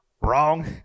Wrong